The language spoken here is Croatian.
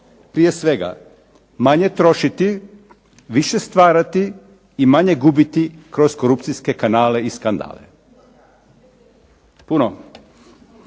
Prije svega, manje trošiti, više stvarati i manje gubiti kroz korupcijske kanale i skandale. U